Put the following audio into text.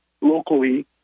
locally